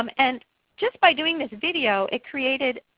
um and just by doing this video it created